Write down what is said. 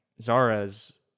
zara's